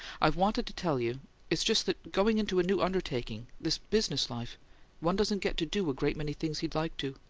i've wanted to tell you it's just that going into a new undertaking this business life one doesn't get to do a great many things he'd like to.